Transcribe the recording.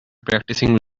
practicing